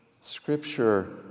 Scripture